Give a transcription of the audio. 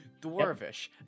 Dwarvish